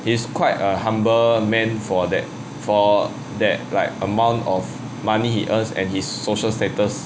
he's quite a humble man for that for that like amount of money he earns and his social status